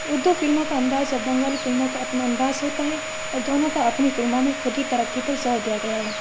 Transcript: اردو فلموں کا انداز اور بنگالی فلموں کا اپنا انداز ہوتا ہے اور دونوں کا اپنی فلموں میں خود ہی ترقی پر زور دیا گیا ہے